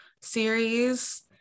series